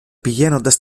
πηγαίνοντας